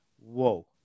whoa